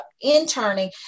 interning